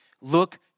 Look